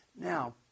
Now